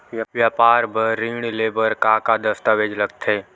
व्यापार बर ऋण ले बर का का दस्तावेज लगथे?